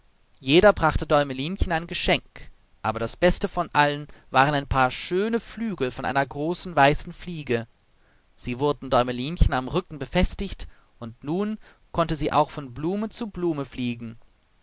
jeder brachte däumelinchen ein geschenk aber das beste von allen waren ein paar schöne flügel von einer großen weißen fliege sie wurden däumelinchen am rücken befestigt und nun konnte sie auch von blume zu blume fliegen